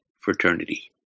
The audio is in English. fraternity